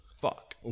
fuck